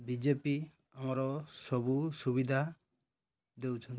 ବି J P ଆମର ସବୁ ସୁବିଧା ଦେଉଛନ୍ତି